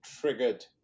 triggered